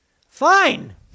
fine